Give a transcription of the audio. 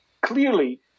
clearly